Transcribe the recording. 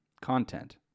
content